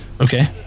Okay